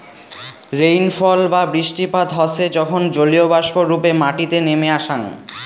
rainfall বা বৃষ্টিপাত হসে যখন জলীয়বাষ্প রূপে মাটিতে নেমে আসাং